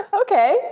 Okay